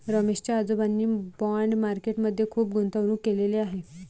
रमेश च्या आजोबांनी bond market मध्ये खुप गुंतवणूक केलेले आहे